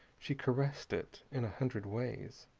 she caressed it in a hundred ways,